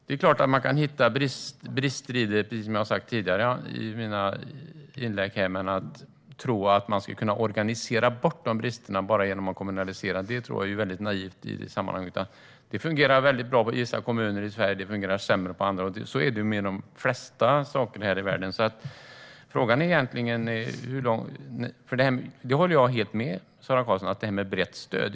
Det är klart att man kan finna brister, precis som jag har sagt tidigare i mina inlägg, men att tro att det går att organisera bort bristerna genom att kommunalisera är naivt. Det fungerar bra för vissa kommuner i Sverige, och det fungerar sämre för andra. Så är det med de flesta saker i världen. Jag håller helt med Sara Karlsson om att det är viktigt med ett brett stöd.